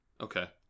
Okay